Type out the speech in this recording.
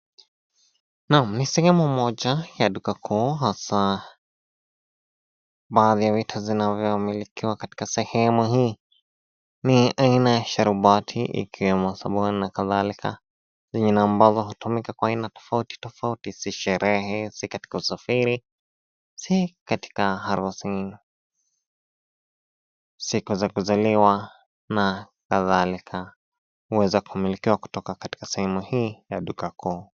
Naam ni sehemu moja ya duka kuu hasaa baadhi ya vitu vinayomilikiwa katika sehemu hii, ni aina ya sharubati ikiwemo sabuni na kadhalika vyenye amabvyo utumika kwenye aina tofauti tofauti si sherehe, si katika usafiri, si katika harusini, siku za kuzaliwa na kadhalika. Uweza kumililikiwa kuoka sehemu hii ya duka kuu.